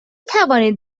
توانید